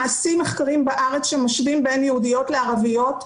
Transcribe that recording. נעשים מחקרים בארץ שמשווים בין יהודיות לערביות,